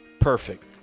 perfect